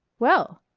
well!